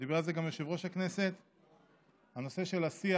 ודיבר על זה גם יושב-ראש הכנסת, הנושא של השיח.